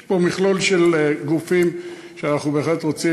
יש פה מכלול של גופים שאנחנו בהחלט רוצים